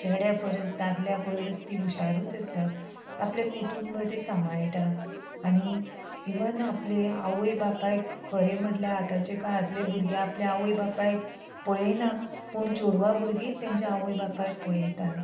चेड्या परस दादल्या परस ती हुशारूच आसा आपले कुटूंब ती सांबाळटा आनी इवन आपले आवय बापायक खरें म्हटल्यार आतांच्या काळांतले भुरगे आपले आवय बापायक पळयना पूण चेडवां भुरगींच तेंच्या आवय बापायक पळयतात